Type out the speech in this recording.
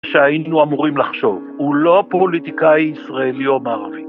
שהיינו אמורים לחשוב, הוא לא פוליטיקאי ישראלי או מערבי.